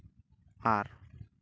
ᱟᱨ